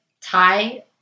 Thai